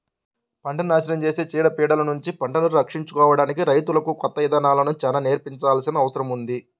పంటను నాశనం చేసే చీడ పీడలనుంచి పంటను రక్షించుకోడానికి రైతులకు కొత్త ఇదానాలను చానా నేర్పించాల్సిన అవసరం ఉంది